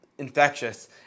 infectious